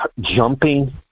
jumping